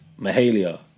Mahalia